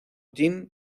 jim